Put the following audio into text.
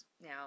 Now